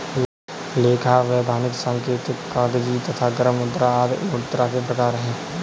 लेखा, वैधानिक, सांकेतिक, कागजी तथा गर्म मुद्रा आदि मुद्रा के प्रकार हैं